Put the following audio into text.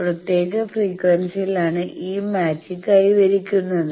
ഒരു പ്രത്യേക ഫ്രീക്വൻസിയിലാണ് ഈ മാച്ചിങ് കൈവരിക്കുന്നത്